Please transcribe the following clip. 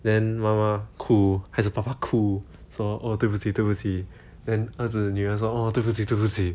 then 妈妈哭还是爸爸哭说哦对不起对不起 then 儿子女儿说哦对不起对不起